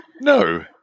No